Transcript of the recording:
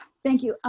thank you.